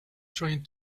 trying